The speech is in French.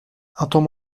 attends